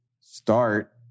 start